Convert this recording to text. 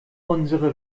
unsere